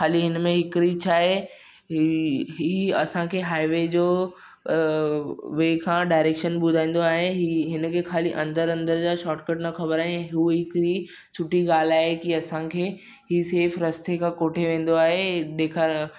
ख़ाली हिनमें हिकु हीउ छा आहे हीउ हीउ असांखे हाईवे जो अ वे खां डाएरेक्शन ॿुधाईंदो आहे हीउ हिनखे ख़ाली अंदरि अंदरि जा शॉटकट न ख़बरु आहिनि हू हिकिड़ी सुठी ॻाल्हि आहे की असांखे हीउ सेफ रस्ते खां कोठे वेंदो आहे ॾेखा